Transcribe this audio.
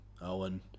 Owen